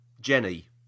Jenny